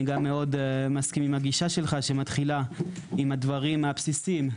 אני גם מאוד מסכים עם הגישה שלך שמתחילה עם הדברים הבסיסיים,